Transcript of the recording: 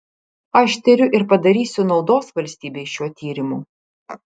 aš tiriu ir padarysiu naudos valstybei šiuo tyrimu